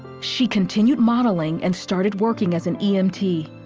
she continued modeling and started working as an e m t.